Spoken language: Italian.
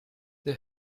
the